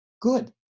good